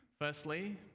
Firstly